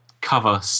cover